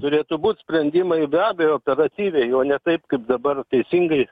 turėtų būt sprendimai be abejo operatyviai o ne taip kaip dabar teisingai